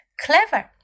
Clever